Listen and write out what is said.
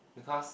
because